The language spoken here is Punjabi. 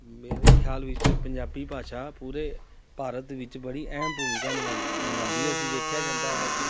ਮੇਰੇ ਖਿਆਲ ਵਿੱਚ ਪੰਜਾਬੀ ਭਾਸ਼ਾ ਪੂਰੇ ਭਾਰਤ ਵਿੱਚ ਬੜੀ ਅਹਿਮ ਭੂਮਿਕਾ ਨਿਭਾਦੀ ਨਿਭਾਉਂਦੀ ਹੈ ਅਸੀਂ ਵੇਖਿਆ ਜਾਂਦਾ ਹੈ ਕਿ